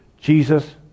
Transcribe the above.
Jesus